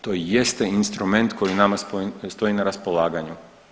To jeste instrument koji nama stoji na raspolaganju.